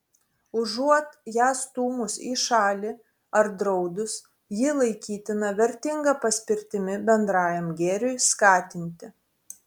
užuot ją stūmus į šalį ar draudus ji laikytina vertinga paspirtimi bendrajam gėriui skatinti